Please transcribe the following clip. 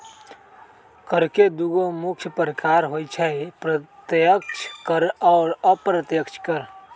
कर के दुगो मुख्य प्रकार होइ छै अप्रत्यक्ष कर आ अप्रत्यक्ष कर